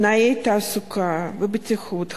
תנאי תעסוקה ובטיחות,